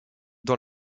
dans